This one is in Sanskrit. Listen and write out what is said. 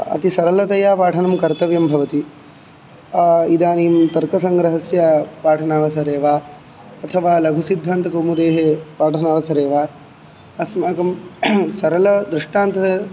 अति सरलतया पाठनं कर्तव्यं भवति इदानीं तर्कसङ्ग्रहस्य पाठनावसरे वा अथवा लघुसिद्धान्तकौमुदेः पाठनावसरे वा अस्माकं सरलदृष्टान्त